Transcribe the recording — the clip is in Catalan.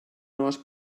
noves